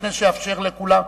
לפני שאאפשר לכולם,